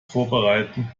vorbereiten